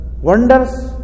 wonders